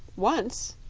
once,